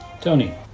Tony